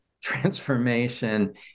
transformation